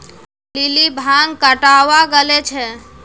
lily भांग कटावा गले छे